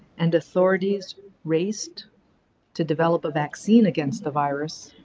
and authorities raced to develop a vaccine against the virus,